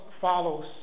follows